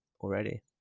already